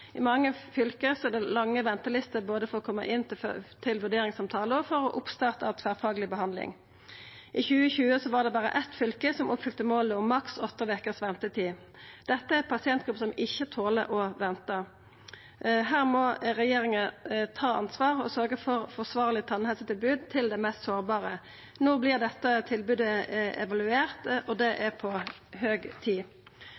I mange fylke er det lange ventelister både for å koma inn til vurderingssamtalar og for oppstart av tverrfagleg behandling. I 2020 var det berre eitt fylke som oppfylte målet om maks åtte vekers ventetid. Dette er ei pasientgruppe som ikkje toler å venta. Her må regjeringa ta ansvar og sørgja for eit forsvarleg tannhelsetilbod til dei mest sårbare. No vert dette tilbodet evaluert, og det er på høg tid.